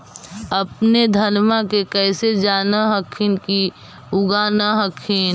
अपने धनमा के कैसे जान हखिन की उगा न हखिन?